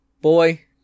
boy